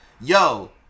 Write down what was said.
yo